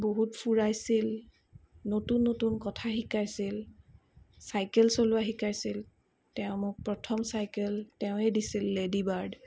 বহুত ফুৰাইছিল নতুন নতুন কথা শিকাইছিল চাইকেল চলোৱা শিকাইছিল তেওঁ মোক প্ৰথম চাইকেল তেৱেঁ দিছিল লেডি বাৰ্ড